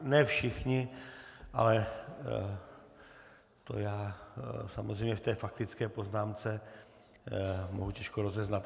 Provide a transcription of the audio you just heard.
Ne všichni, ale já to samozřejmě v té faktické poznámce mohu těžko rozeznat.